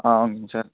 ஆ ஓகேங்க சார்